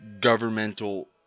governmental